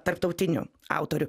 tarptautinių autorių